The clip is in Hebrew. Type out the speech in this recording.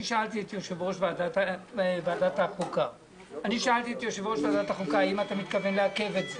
אני שאלתי את יושב-ראש ועדת החוקה: האם אתה מתכוון לעכב את זה?